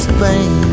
Spain